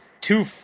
two